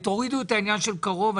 תורידו את העניין של קרוב.